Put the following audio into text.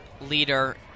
leader